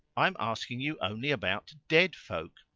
i am asking you only about dead folk.